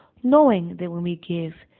knowing that when we give,